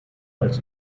als